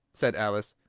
said alice.